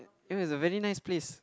mean is a very nice place